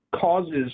causes